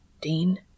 Dean